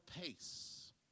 Pace